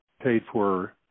paid-for